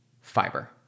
fiber